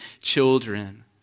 children